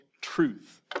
truth